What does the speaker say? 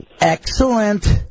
Excellent